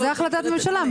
זו החלטת ממשלה.